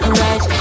right